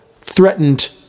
threatened